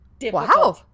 wow